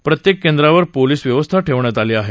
प्रत्येक केंद्रावर पोलीस व्यवस्था ठेवण्यात आली आहेत